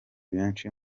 benshi